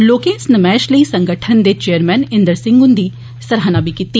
लोकें इस नमैश लेई संगठन दे चेयरगैन इन्द्र सिंह हुंदी सराह्ना कीती